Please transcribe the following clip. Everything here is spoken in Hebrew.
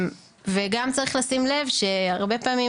וגם צריך לשים לב שהרבה פעמים,